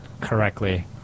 correctly